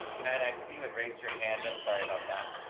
um and i see what raised your hand. i'm sorry about that.